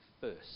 first